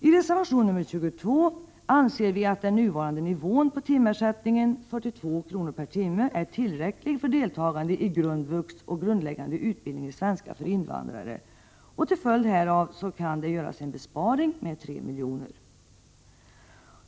I reservation 22 anser vi moderater att den nuvarande nivån på timersättningen, 42 kr. per timme, är tillräcklig för deltagande i grundvux och grundläggande utbildning i svenska för invandrare, och till följd härav kan det göras en besparing med 3 milj.kr.